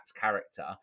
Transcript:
character